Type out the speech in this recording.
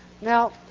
Now